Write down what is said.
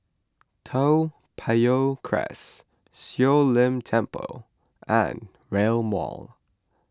Toa Payoh Crest Siong Lim Temple and Rail Mall